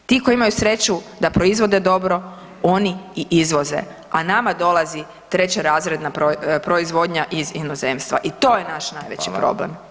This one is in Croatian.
Ti koji imaju sreću da proizvode dobro oni i izvoze, a nama dolazi trećerazredna proizvodnja iz inozemstva i to je naš najveći problem.